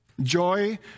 Joy